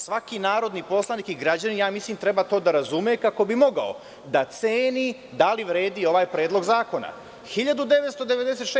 Svaki narodni poslanik i građanin, ja mislim, treba to da razume kako bi mogao da ceni da li vredi ovaj predlog zakona.